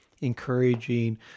encouraging